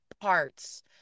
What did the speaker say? parts